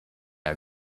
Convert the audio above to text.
are